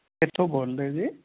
ਕਿੱਥੋਂ ਬੋਲਦੇ ਜੀ